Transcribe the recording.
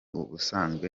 ubusanzwe